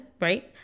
right